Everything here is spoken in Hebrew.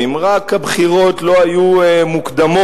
אם רק הבחירות לא היו מוקדמות,